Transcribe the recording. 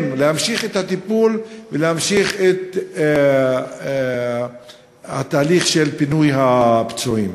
להמשיך את הטיפול ולהמשיך את התהליך של פינוי הפצועים.